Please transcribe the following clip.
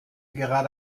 gerade